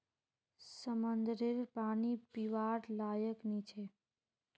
समंद्ररेर पानी पीवार लयाक नी छे